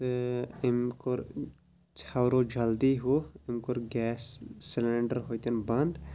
تہٕ أمۍ کوٚر ژھٮ۪ورو جلدی ہُہ أمۍ کوٚر گیس سِلٮ۪نڈر ہُتٮ۪ن بَند